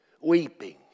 Weeping